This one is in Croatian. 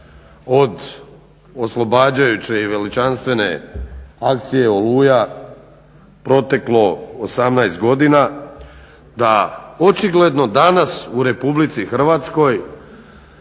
od oslobađajuće i veličanstvene akcije "Oluja" proteklo 18 godina, da očigledno danas u Republici Hrvatskoj